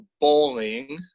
bowling